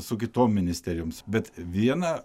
su kitom ministerijoms bet vieną